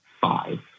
five